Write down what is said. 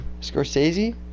Scorsese